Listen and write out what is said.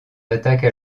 attaque